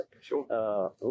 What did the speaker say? Sure